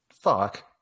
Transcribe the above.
fuck